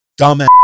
dumbass